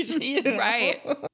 Right